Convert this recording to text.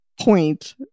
point